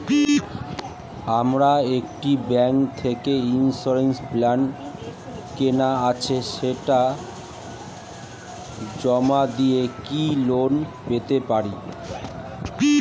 আমার একটি ব্যাংক থেকে ইন্সুরেন্স প্ল্যান কেনা আছে সেটা জমা দিয়ে কি লোন পেতে পারি?